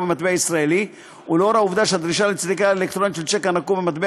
במטבע ישראלי והעובדה שהדרישה לסליקה אלקטרונית של שיק הנקוב במטבע